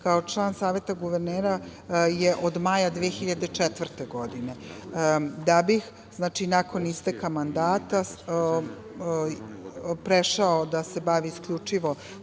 kao član Saveta guvernera, je od maja 2004. godine. Nakon isteka mandata prešao je da se bavi isključivo